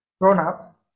grown-ups